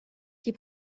die